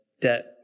debt